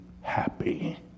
happy